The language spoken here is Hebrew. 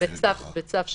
בצו שופט.